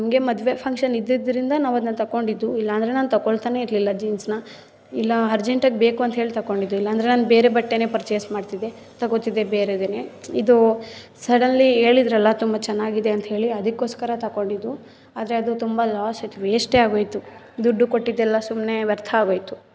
ನಮಗೆ ಮದುವೆ ಫಂಕ್ಷನ್ ಇದ್ದಿದ್ರಿಂದ ನಾವು ಅದ್ನ ತೊಗೊಂಡಿದ್ದು ಇಲ್ಲಾಂದ್ರೆ ನಾನು ತೊಗೊಳ್ತಾನೇ ಇರಲಿಲ್ಲ ಜೀನ್ಸ್ನ ಇಲ್ಲ ಅರ್ಜೆಂಟಾಗಿ ಬೇಕು ಅಂಥೇಳಿ ತೊಗೊಂಡಿದ್ದು ಇಲ್ಲಾಂದ್ರೆ ನಾನು ಬೇರೆ ಬಟ್ಟೆಯೇ ಪರ್ಚೇಸ್ ಮಾಡ್ತಿದ್ದೆ ತೊಗೋತಿದ್ದೆ ಬೇರೆದನ್ನೆ ಇದೂ ಸಡನ್ಲಿ ಹೇಳಿದ್ರಲ್ಲ ತುಂಬ ಚನ್ನಾಗಿದೆ ಅಂಥೇಳಿ ಅದಕ್ಕೋಸ್ಕರ ತೊಗೊಂಡಿದ್ದು ಆದರೆ ಅದು ತುಂಬ ಲಾಸ್ ಆಯ್ತು ವೇಸ್ಟೇ ಆಗೋಯ್ತು ದುಡ್ಡು ಕೊಟ್ಟಿದೆಲ್ಲ ಸುಮ್ನೆ ವ್ಯರ್ಥಾಗೋಯ್ತು